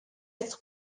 être